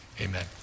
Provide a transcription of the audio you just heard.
amen